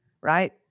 right